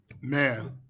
Man